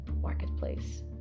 marketplace